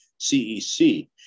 CEC